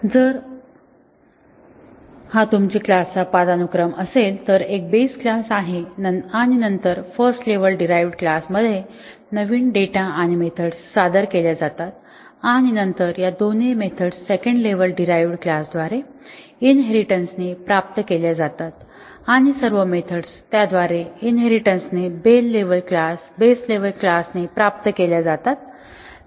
तर जर हा तुमची क्लास चा पदानुक्रम असेल तर हा एक बेस क्लास आहे आणि नंतर फर्स्ट लेव्हल डीरहाईवड क्लास मध्ये नवीन डेटा आणि मेथड्स सादर केल्या जातात आणि नंतर या दोन्ही मेथड्स सेकंड लेव्हल डीरहाईवड क्लासद्वारे इनहेरिटेन्सने प्राप्त केल्या जातात आणि सर्व मेथड्स त्याद्वारे इनहेरिटेन्सने बेस लेव्हल क्लास ने प्राप्त केल्या जातात